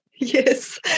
Yes